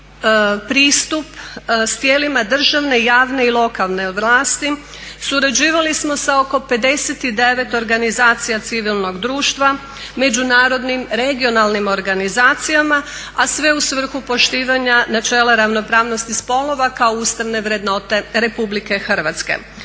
pristup sa tijelima državne, javne i lokalne vlasti. Surađivali smo sa oko 59 organizacija civilnog društva, međunarodnim, regionalnim organizacijama a sve u svrhu poštivanja načela ravnopravnosti spolova kao ustavne vrednote Republike Hrvatske.